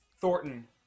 Thornton